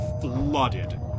flooded